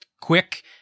quick